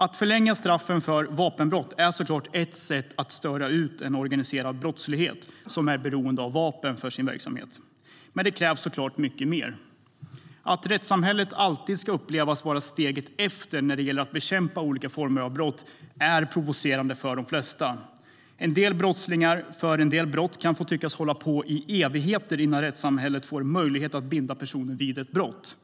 Att förlänga straffen för vapenbrott är ett sätt att störa ut en organiserad brottslighet som är beroende av vapen för sin verksamhet, men det krävs naturligtvis mycket mer. Att rättssamhället alltid ska upplevas vara steget efter när det gäller att bekämpa olika former av brott är provocerande för de flesta. En del brottslingar kan tyckas få hålla på i evigheter innan rättssamhället får en möjlighet att binda personen vid ett brott.